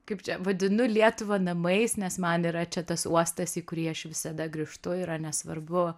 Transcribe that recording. kaip čia vadinu lietuvą namais nes man yra čia tas uostas į kurį aš visada grįžtu yra nesvarbu